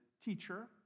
teacher